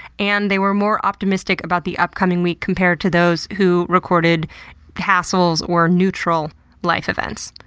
and, they were more optimistic about the upcoming week compared to those who recorded hassles or neutral life events.